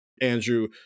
Andrew